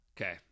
Okay